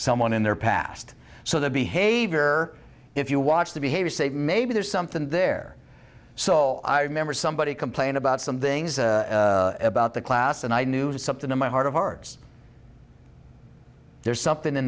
someone in their past so their behavior if you watch the behavior say maybe there's something there so i remember somebody complained about some things about the class and i knew something in my heart of hearts there's something in